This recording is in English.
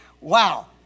Wow